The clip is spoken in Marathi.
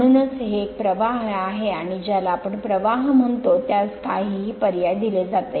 म्हणूनच हे एक प्रवाह आहे आणि ज्याला आपण प्रवाह म्हणतो त्यास काहीही पर्याय दिले जाते